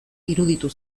iruditu